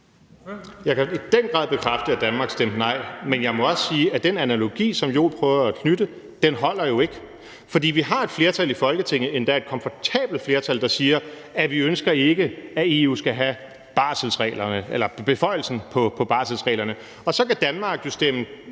Jeg kan i den grad bekræfte, at Danmark stemte nej, men jeg må også sige, at den analogi, som Jens Joel prøver at knytte, jo ikke holder. For vi har et flertal i Folketinget, endda et komfortabelt flertal, der siger, at vi ikke ønsker, at EU skal have beføjelserne til barselsreglerne. Og så kan Danmark stemme